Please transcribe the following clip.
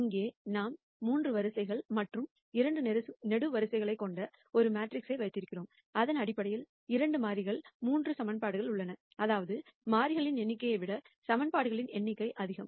இங்கே நாம் 3 ரோக்கள் மற்றும் 2 காலம்கள் கொண்ட ஒரு மேட்ரிக்ஸ் வைத்திருக்கிறோம் இதன் அடிப்படையில் 2 மாறிகள் 3 சமன்பாடுகள் உள்ளன அதாவது மாறிகளின் எண்ணிக்கையை விட ஈகிவேஷன்களை எண்ணிக்கை அதிகம்